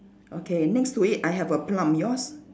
okay next to it I have a plum yours